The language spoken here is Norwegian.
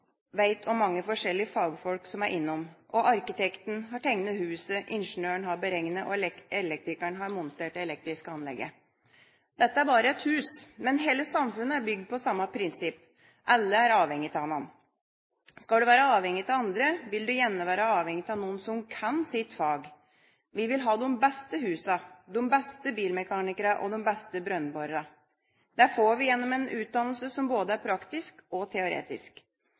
hvor mange forskjellige fagfolk som er innom, og arkitekten har tegnet huset, ingeniøren beregnet og elektrikeren montert det elektriske anlegget. Dette er bare et hus, men hele samfunnet er bygd på samme prinsipp – alle er avhengige av hverandre. Skal du være avhengig av andre, vil du gjerne være avhengig av noen som kan sitt fag. Vi vil ha de beste husene, de beste bilmekanikerne og de beste brønnborerne. Det får vi gjennom en utdannelse som både er praktisk og teoretisk.